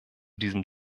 diesem